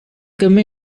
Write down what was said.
come